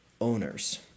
owners